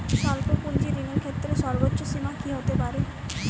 স্বল্প পুঁজির ঋণের ক্ষেত্রে সর্ব্বোচ্চ সীমা কী হতে পারে?